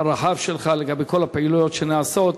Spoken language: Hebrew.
הרחב שלך לגבי כל הפעילויות שנעשות,